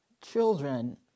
children